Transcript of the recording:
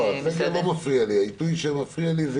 העיתוי לא מפריע לי, מה שמפריע לי יותר זה